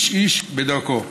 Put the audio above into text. איש-איש בדרכו.